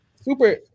super